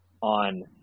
on